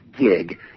gig